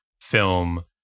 film